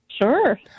Sure